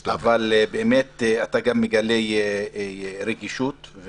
אתה מגלה רגישות,